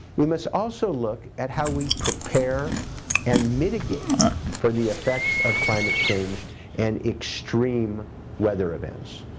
we must also look at how we prepare and mitigate for the effects of climate change and extreme weather events.